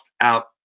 out